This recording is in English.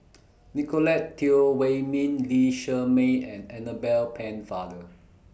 Nicolette Teo Wei Min Lee Shermay and Annabel Pennefather